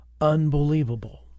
Unbelievable